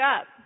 up